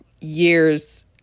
years